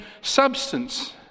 substance